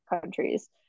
countries